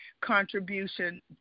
contribution